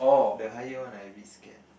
the higher one I a bit scared